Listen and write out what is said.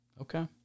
Okay